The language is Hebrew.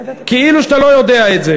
כאילו אתה לא יודע את זה.